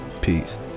peace